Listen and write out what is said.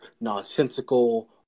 nonsensical